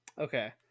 Okay